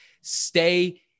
Stay